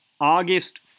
August